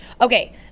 Okay